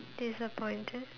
disappointed